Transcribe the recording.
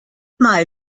mal